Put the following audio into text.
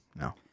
no